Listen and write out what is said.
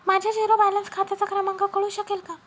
माझ्या zero balance खात्याचा क्रमांक कळू शकेल का?